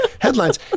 headlines